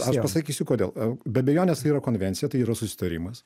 aš pasakysiu kodėl be abejonės tai yra konvencija tai yra susitarimas